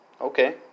Okay